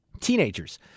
Teenagers